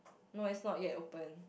no it's not yet open